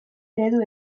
eredu